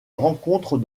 rencontrent